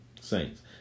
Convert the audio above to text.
saints